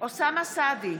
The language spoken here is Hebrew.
אוסאמה סעדי,